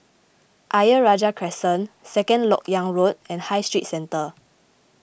Ayer Rajah Crescent Second Lok Yang Road and High Street Centre